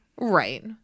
Right